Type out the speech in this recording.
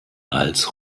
als